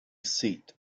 seat